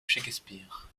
shakespeare